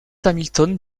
hamilton